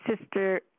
Sister